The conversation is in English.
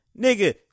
nigga